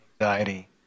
anxiety